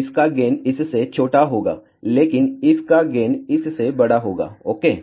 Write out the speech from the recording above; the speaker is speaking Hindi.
इसका गेन इससे छोटा होगा लेकिन इसका गेन इस से बड़ा होगा ओके